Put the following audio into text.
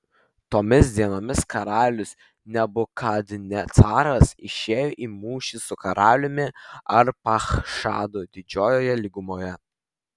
tomis dienomis karalius nebukadnecaras išėjo į mūšį su karaliumi arpachšadu didžiojoje lygumoje